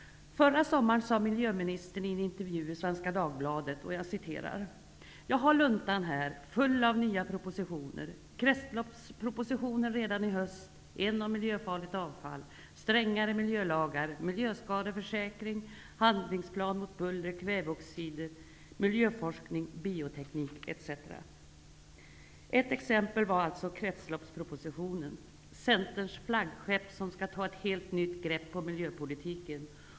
Förra sommaren sade miljöministern i en intervju i Svenska Dagbladet: ''Jag har luntan här, full av nya propositioner: Kretsloppspropositionen redan i höst, en om miljöfarligt avfall, strängare miljölagar, miljöskadeförsäkring, handlingsplan mot buller, kväveoxider, miljöforskning, bioteknik etc.'' Ett exempel var alltså kretsloppspropositionen, Centerns flaggskepp som skall ta ett helt nytt grepp på miljöpolitiken.